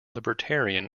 libertarian